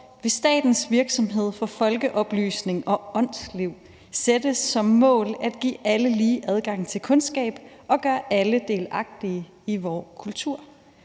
»Ved Statens Virksomhed for Folkeoplysning og Aandsliv sættes som Maal at give alle lige Adgang til Kundskab og gøre alle delagtige i vor Kultur.